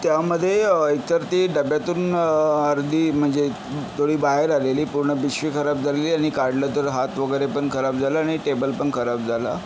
त्यामध्ये एकतर ते डब्यातून अर्धी म्हणजे थोडी बाहेर आलेली पूर्ण पिशवी खराब झालेली आणि काढलं तर हात वगैरेपण खराब झालं आणि टेबलप खराब झाला